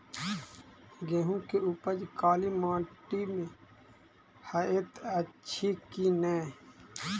गेंहूँ केँ उपज काली माटि मे हएत अछि की नै?